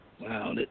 Wow